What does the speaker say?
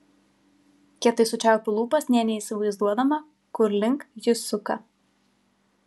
kietai sučiaupiu lūpas nė neįsivaizduodama kur link jis suka